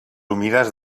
humides